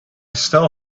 still